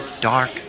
dark